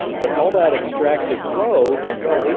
but all that extracted flow, well,